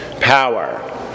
power